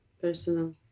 personal